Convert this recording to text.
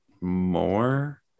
more